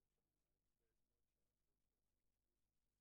היום ד' בטבת תשע"ט והשעה